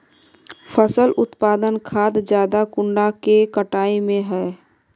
फसल उत्पादन खाद ज्यादा कुंडा के कटाई में है?